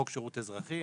חוק שירות אזרחי,